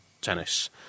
tennis